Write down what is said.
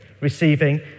receiving